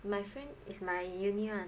my friend is my uni [one]